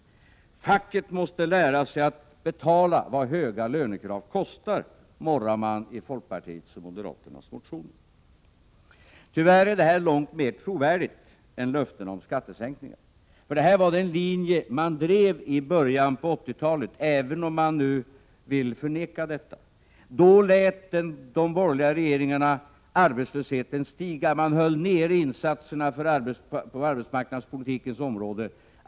Facket måste lära sig att betala vad höga lönekrav kostar, morrar man i folkpartiets och moderaternas motioner. Tyvärr är detta långt mer trovärdigt än löftena om skattesänkningar, för det här var den linje man drev i början av 1980-talet, även om man nu vill förneka detta. Då lät de borgerliga regeringarna arbetslösheten stiga. Man höll nere insatserna på arbetsmarknadspolitikens område.